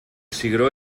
cigró